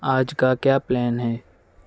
آج کا کیا پلین ہے